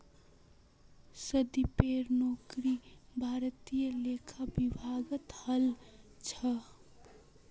संदीपेर नौकरी भारतीय लेखा विभागत हल छ